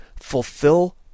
Fulfill